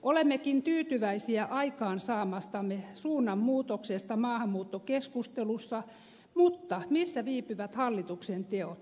olemmekin tyytyväisiä aikaansaamastamme suunnanmuutoksesta maahanmuuttokeskustelussa mutta missä viipyvät hallituksen teot